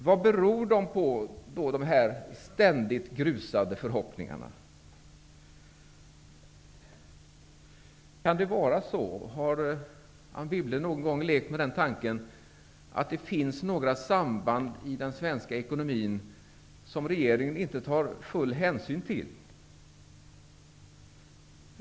Vad beror dessa ständigt grusade förhoppningar på? Har Anne Wibble någon gång lekt med tanken att det finns några samband i den svenska ekonomin som regeringen inte tar full hänsyn till?